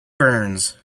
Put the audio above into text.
burns